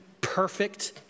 perfect